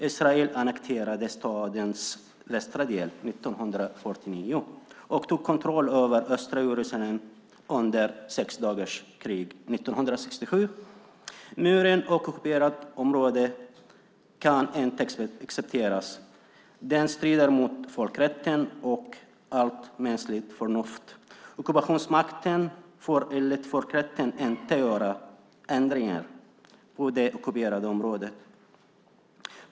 Israel annekterade stadens västra del 1949 och tog kontroll över östra Jerusalem under sexdagarskriget 1967. Muren på ockuperat område kan inte accepteras. Den strider mot folkrätten och allt mänskligt förnuft. Ockupationsmakten får enligt folkrätten inte göra ändringar på det ockuperade området.